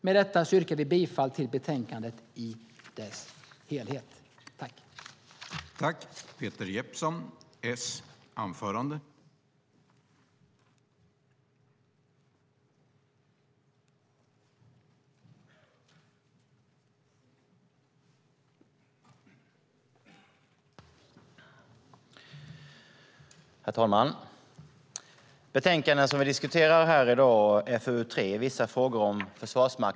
Med detta yrkar jag bifall till utskottets förslag i dess helhet.